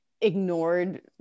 ignored